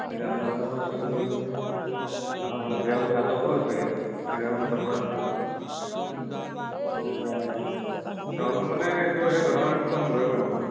গান বাজনাও আছে কিবা কিবি আকৌ সন্ধিয়ালৈ নাটকো আছে চিৰাজ নাটকখন দল মানে এইটো সেই গন নাট্য সংঘই কৰিব